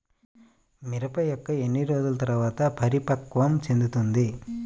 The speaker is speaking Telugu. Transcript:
మిరప మొక్క ఎన్ని రోజుల తర్వాత పరిపక్వం చెందుతుంది?